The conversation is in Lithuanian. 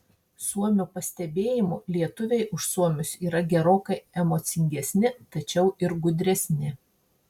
suomio pastebėjimu lietuviai už suomius yra gerokai emocingesni tačiau ir gudresni